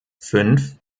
fünf